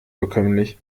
bekömmlich